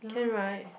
can right